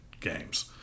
games